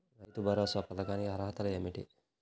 రైతు భరోసా పథకానికి అర్హతలు ఏమిటీ?